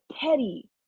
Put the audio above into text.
petty